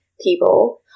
people